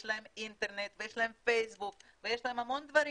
ויש להם אינטרנט ויש להם פייסבוק ויש להם המון דברים.